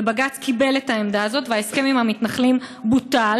ובג"ץ קיבל את העמדה הזאת וההסכם עם המתנחלים בוטל.